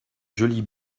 jolie